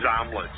omelets